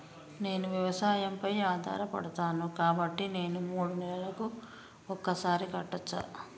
నేను వ్యవసాయం పై ఆధారపడతాను కాబట్టి నేను మూడు నెలలకు ఒక్కసారి కట్టచ్చా?